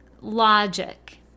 logic